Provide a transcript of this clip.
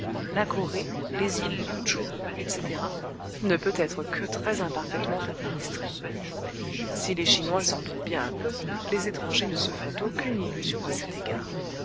la corée les îles liou tchou etc ne peut être que très imparfaitement administré si les chinois s'en doutent bien un peu les étrangers ne se font aucune illusion à cet égard